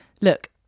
look